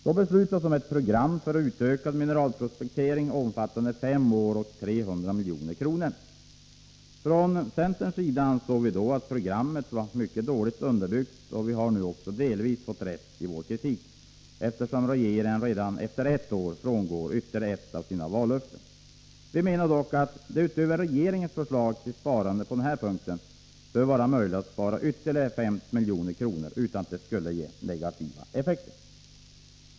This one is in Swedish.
Då beslutades om ett program för utökad mineralprospektering omfattande fem år och 300 milj.kr. Från centerns sida ansåg vi då att programmet var mycket dåligt underbyggt, och vi har nu delvis fått rätt i vår kritik, eftersom regeringen redan efter ett år frångår ytterligare ett av sina vallöften. Vi menar dock att det utöver regeringens förslag till sparande på den här punkten bör vara möjligt att spara ytterligare 50 milj.kr. utan att det skulle ge negativa effekter.